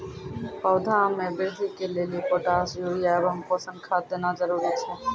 पौधा मे बृद्धि के लेली पोटास यूरिया एवं पोषण खाद देना जरूरी छै?